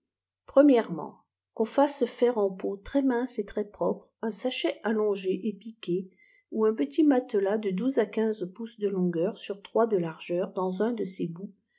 qu'on fasse faire en peau très mince et très-propre un sachet allongé et piqué pu un petit matelas de à pouces de longueur sur trois de lârjgeur dans un de ses bouts